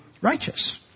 Righteous